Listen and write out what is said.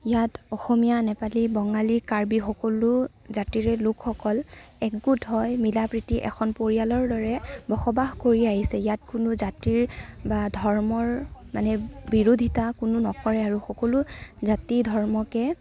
ইয়াত অসমীয়া নেপালী বঙালী কাৰ্বি সকলো জাতিৰে লোকসকল একগোট হৈ মিলাপ্ৰীতিত এখন পৰিয়ালৰ দৰে বসবাস কৰি আহিছে ইয়াত কোনো জাতিৰ বা ধৰ্মৰ মানে বিৰোধিতা কোনো নকৰে আৰু সকলো জাতি ধৰ্মকে